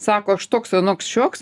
sako aš toks anoks šioks